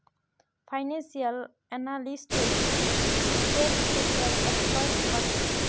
financial analyst वित्त्तेर क्षेत्रत expert ह छे